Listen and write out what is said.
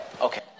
Okay